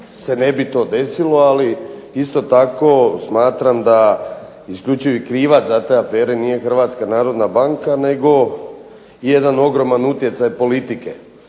se ne bi to desilo, ali isto tako smatram da isključivi krivac za te afere nije Hrvatska narodna banka nego jedan ogroman utjecaj politike,